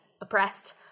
oppressed